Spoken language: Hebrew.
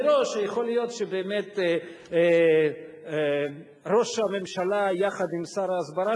מראש יכול להיות שבאמת ראש הממשלה יחד עם שר ההסברה